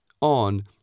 on